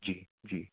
جی جی